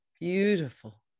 beautiful